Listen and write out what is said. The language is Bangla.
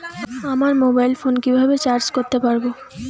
আমার মোবাইল ফোন কিভাবে রিচার্জ করতে পারব?